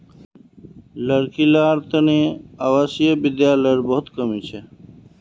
लड़की लार तने आवासीय विद्यालयर बहुत कमी छ